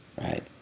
Right